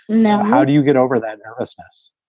now, how do you get over that nervousness?